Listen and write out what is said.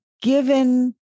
given